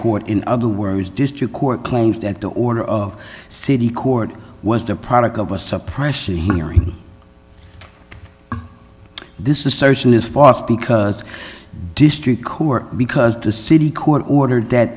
court in other words district court claims that the order of city court was the product of a suppression hearing this is certain is false because district court because the city court ordered that